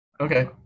Okay